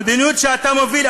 המדיניות שאתה מוביל,